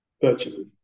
virtually